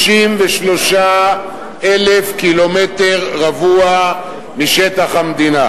כ-33,000 קילומטר רבוע משטח המדינה.